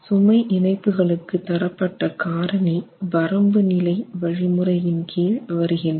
சுமை இணைப்புகளுக்கு தரப்பட்ட காரணி வரம்பு நிலை வழிமுறையின் கீழ் வருகின்றன